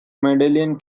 medallion